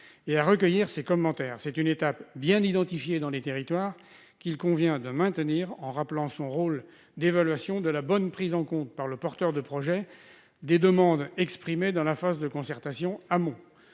et à recueillir ses commentaires. C'est une étape bien identifiée dans les territoires qu'il convient de maintenir, en rappelant son rôle d'évaluation de la bonne prise en compte par le porteur de projet des demandes exprimées dans la phase de concertation amont